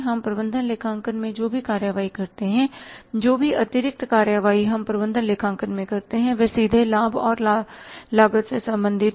हम प्रबंधन लेखांकन में जो भी कार्रवाई करते हैं जो भी अतिरिक्त कार्रवाई हम प्रबंधन लेखांकन में लेते हैं वह सीधे लाभ और लागत से संबंधित है